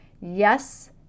Yes